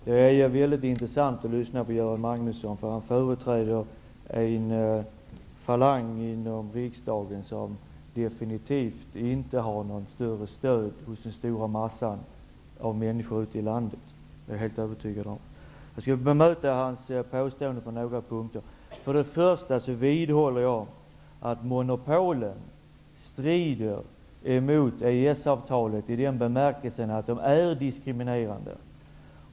Herr talman! Det är intressant att lyssna på Göran Magnusson, för han företräder en falang i riksdagen som definitivt inte har något större stöd hos den stora massan av människor i landet. Det är jag helt övertygad om. Jag skall bemöta Göran Magnussons påståenden på några punkter. Jag vidhåller att monopolen strider mot EES-avtalet i den bemärkelsen att de är diskriminerande.